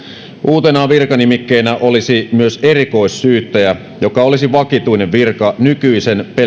uutena virkanimikkeenä olisi myös erikoissyyttäjä joka olisi vakituinen virka nykyisen pelkän